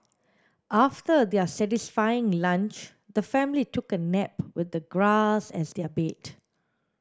after their satisfying lunch the family took a nap with the grass as their bed